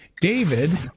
David